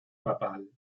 papal